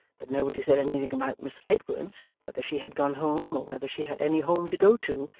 but nobody said anything about miss edwards, whether she had gone home, or whether she had any home to go to,